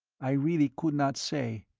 i really could not say,